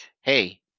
hey